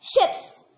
ships